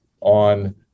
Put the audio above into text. on